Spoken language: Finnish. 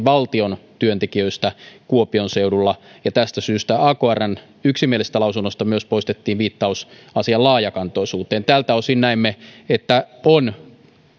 valtion työntekijöistä kuopion seudulla tästä syystä akrn yksimielisestä lausunnosta myös poistettiin viittaus asian laajakantoisuuteen tältä osin näimme että on